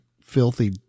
filthy